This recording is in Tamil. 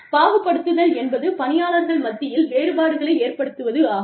பாகுபடுத்துதல் என்பது பணியாளர்கள் மத்தியில் வேறுபாடுகளை ஏற்படுத்துவதாகும்